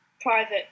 private